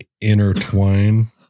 intertwine